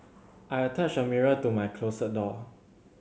I attached a mirror to my closet door